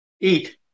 eat